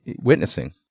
witnessing